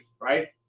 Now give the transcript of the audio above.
right